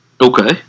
Okay